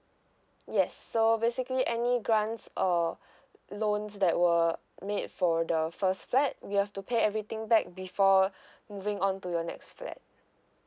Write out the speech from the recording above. yes so basically any grants or loans that were made for the first flat we have to pay everything back before moving on to your next flat